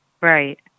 Right